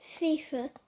FIFA